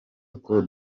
ngo